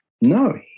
no